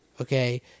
okay